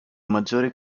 maggiori